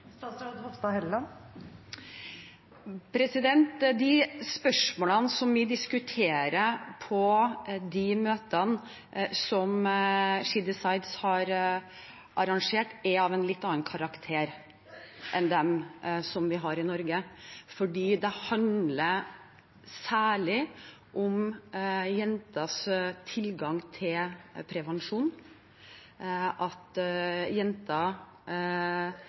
De spørsmålene vi diskuterer på møtene som She Decides arrangerer, er av en litt annen karakter enn dem vi har i Norge. Det handler særlig om jenters tilgang til prevensjon, at jenter